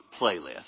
playlist